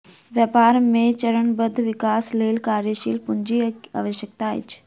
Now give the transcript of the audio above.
व्यापार मे चरणबद्ध विकासक लेल कार्यशील पूंजी आवश्यक अछि